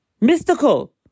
Mystical